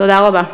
תודה רבה.